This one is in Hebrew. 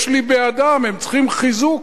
יש לי בעדם, הם צריכים חיזוק.